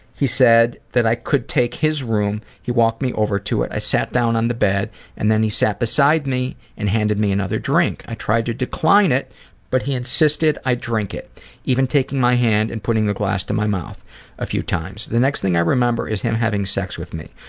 he said that i could take his room. he walked me over to it. i sat down on the bed and then he sat beside me and he handed me another drink. i tried to decline it but he insisted i take it even taking my hand and putting the glass to my mouth a few times. the next thing i remember is him having sex with me.